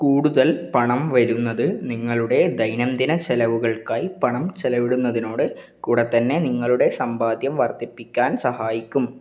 കൂടുതൽ പണം വരുന്നത് നിങ്ങളുടെ ദൈനംദിന ചെലവുകൾക്കായി പണം ചെലവിടുന്നതിനോട് കൂടെത്തന്നെ നിങ്ങളുടെ സമ്പാദ്യം വർദ്ധിപ്പിക്കാൻ സഹായിക്കും